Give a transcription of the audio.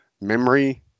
memory